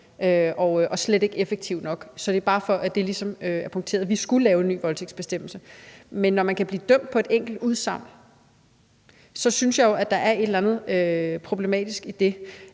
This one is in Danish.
og slet ikke effektiv nok, så det er bare, for at det ligesom er punkteret, for vi skulle lave en ny voldtægtsbestemmelse. Men når man kan blive dømt på et enkelt udsagn, synes jeg jo, at der er et eller andet problematisk i det.